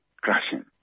crashing